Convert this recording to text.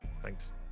thanks